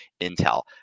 intel